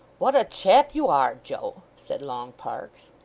what a chap you are, joe said long parkes.